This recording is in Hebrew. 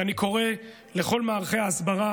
ואני קורא לכל מערכי ההסברה